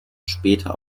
später